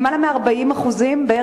למעלה מ-40% מהנשים העובדות,